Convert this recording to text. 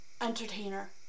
entertainer